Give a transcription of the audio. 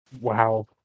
Wow